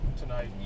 tonight